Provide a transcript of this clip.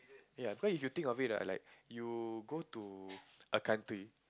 ya cause you think of it I like you go to a country